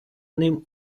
ним